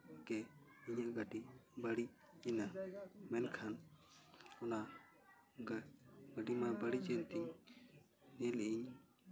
ᱜᱮ ᱤᱧᱟᱹᱜ ᱜᱟᱹᱰᱤ ᱵᱟᱹᱲᱤᱡᱽ ᱮᱱᱟ ᱢᱮᱱᱠᱷᱟᱱ ᱚᱱᱟ ᱜᱟᱹᱰᱤ ᱢᱟ ᱵᱟᱹᱲᱤᱡᱽ ᱮᱱ ᱛᱤᱧ ᱡᱤᱞᱤᱧ